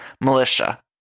Militia